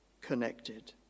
connected